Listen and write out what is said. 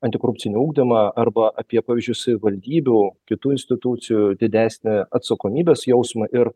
antikorupcinį ugdymą arba apie pavyzdžiui savivaldybių kitų institucijų didesnį atsakomybės jausmą ir